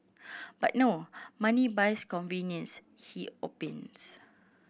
but no money buys convenience he opines